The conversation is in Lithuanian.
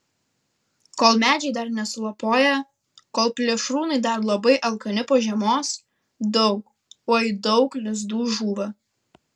kol medžiai dar nesulapoję kol plėšrūnai dar labai alkani po žiemos daug oi daug lizdų žūva